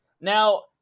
Now